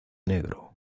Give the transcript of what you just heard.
negro